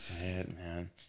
Man